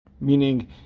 Meaning